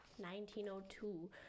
1902